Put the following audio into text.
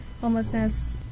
homelessness